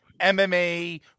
MMA